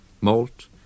malt